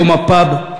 היום הפאב,